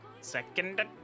second